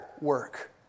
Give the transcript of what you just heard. work